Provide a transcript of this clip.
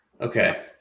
Okay